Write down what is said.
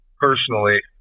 personally